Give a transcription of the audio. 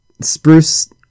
spruce